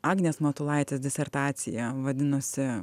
agnės matulaitės disertacija vadinosi